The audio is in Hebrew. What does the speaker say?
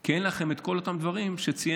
כי אין לכם את כל אותם דברים שציין